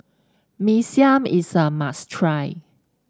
Mee Siam is a must try